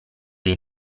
dei